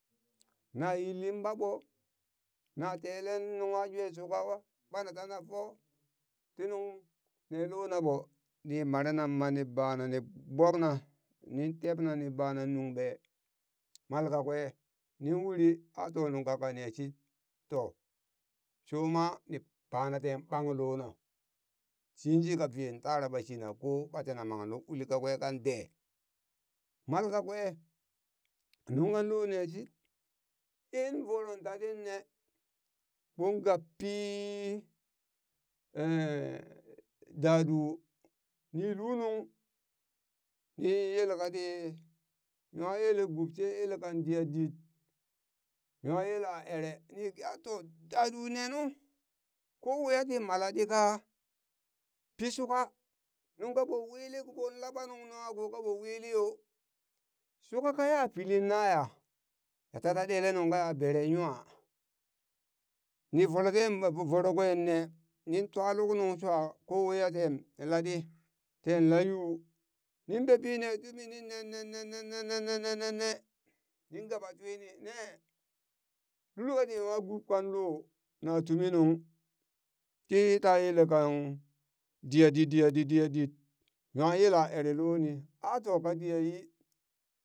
Na yilli bat bo na telen nungnwa jweshuka ɓo ɓana tana fo ti nung ne lona ɓo ni marenan mat ni bana ni gbobna nin tebna ni bana nung ɓee mal kakwe nin uri a to nungka ka neshit to shoma ni bana ten ɓang lona yinshika veen tara ɓa shina ko ɓa tina mang luk uli kakwe kande. malkakwe nungha lo neshit in voron tatinne ɓon gab pii daɗu ni lunung ni yela kati nwa yele gub she yele kan diya dit nwa yela ere ni geha to dadu nenu ko waiya ti ma laɗi kaa pi shuka nung kaɓo wilin kiɓon laɓa nung nuwako kaɓo wili yo shuka ka ya pilin naya ya taka ɗele nungkaya beren nwa ni fole ten voro kwenne nin twa luk nung swa ko waiya ten laɗi ten layu nin babi ne tumi nin ne ne ne ne ne ne ne ne ne nin gaba twini ne. lul kati nwa gub kanlo na tumi nung ti ta yele kang diya dit diya dit diya dit nwa yila ere loni a to kati yayi